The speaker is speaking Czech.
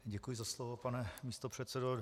Děkuji za slovo, pane místopředsedo.